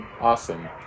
Awesome